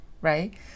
right